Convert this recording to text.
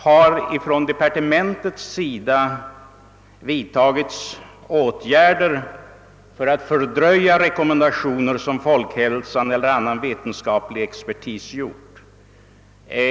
Har från departementets sida vidtagits åtgärder för att fördröja rekommendationer som statens institut för folkhälsan eller annan vetenskaplig expertis gjort?